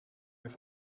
już